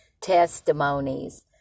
testimonies